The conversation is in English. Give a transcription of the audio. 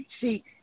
see